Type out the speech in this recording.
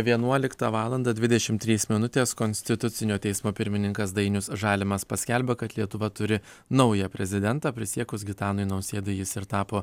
vienuoliktą valandą dvidešim trys minutės konstitucinio teismo pirmininkas dainius žalimas paskelbė kad lietuva turi naują prezidentą prisiekus gitanui nausėdai jis ir tapo